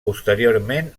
posteriorment